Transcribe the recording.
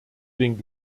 den